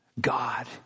God